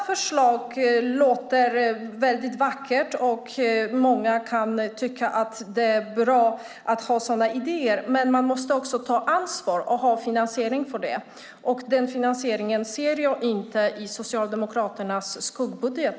Förslagen låter vackra och många kan tycka att det är bra med sådana idéer, men man måste också ta ansvar och ha finansiering för idéerna. Den finansieringen ser jag inte i Socialdemokraternas skuggbudget.